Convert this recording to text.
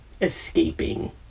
escaping